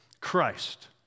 Christ